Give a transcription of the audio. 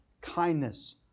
kindness